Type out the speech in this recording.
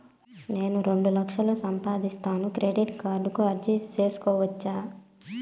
నేను రెండు లక్షలు సంపాదిస్తాను, క్రెడిట్ కార్డుకు అర్జీ సేసుకోవచ్చా?